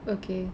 okay